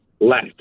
left